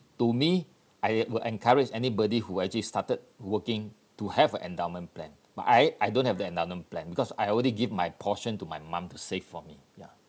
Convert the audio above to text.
to me I will encourage anybody who actually started working to have an endowment plan but I I don't have the endowment plan because I already give my portion to my mum to save for me ya